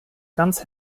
ganz